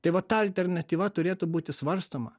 tai va ta alternatyva turėtų būti svarstoma